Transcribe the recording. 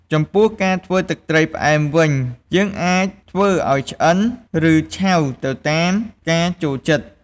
ចំពោះការធ្វើទឹកត្រីផ្អែមវិញ យើងអាចធ្វើឱ្យឆ្អិន ឬឆៅទៅតាមការចូលចិត្ត។